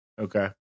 Okay